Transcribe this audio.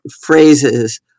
phrases